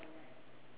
okay